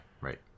right